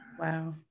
Wow